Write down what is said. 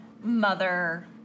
mother